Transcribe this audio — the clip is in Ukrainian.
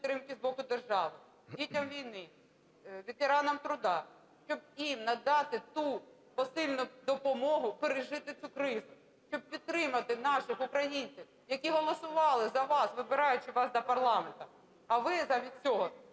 дітям війни, ветеранам труда, щоб їм надати ту посильну допомогу пережити цю кризу, щоб підтримати наших українців, які голосували за вас, вибираючи вас до парламенту! А ви замість